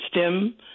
stem